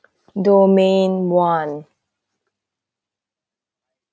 domain one